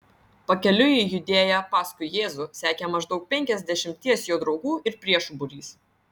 pakeliui į judėją paskui jėzų sekė maždaug penkiasdešimties jo draugų ir priešų būrys